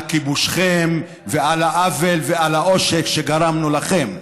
על כיבושכם ועל העוול ועל העושק שגרמנו לכם.